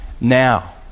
now